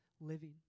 living